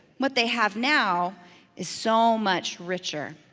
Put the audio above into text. what they have now is so much richer.